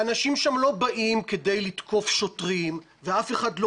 האנשים שם לא באים כדי לתקוף שוטרים ואף אחד לא